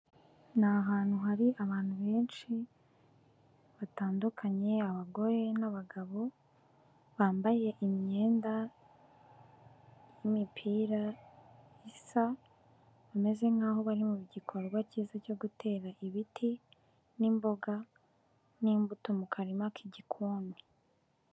Ni ahantu hari abantu benshi batandukanye, abagore n'abagabo, bambaye imyenda y'imipira isa, bameze nk'aho bari mu gikorwa cyiza cyo gutera ibiti, n'imboga n'imbuto mu karima k'igikoni.